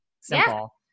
Simple